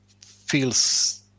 feels